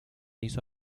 hizo